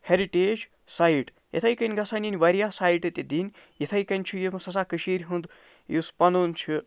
heritage site یِتھٕے کٔنۍ گژھَن یِنۍ واریاہ سایٹہٕ تہِ دِنۍ یِتھٕے کٔنۍ چھُ یُس ہسا کٔشیٖرِ ہُنٛد یُس پَنُن چھُ